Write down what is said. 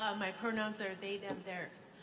my pronouns are they, them theirs,